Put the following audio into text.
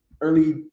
early